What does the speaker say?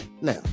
Now